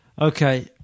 Okay